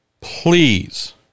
please